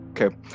okay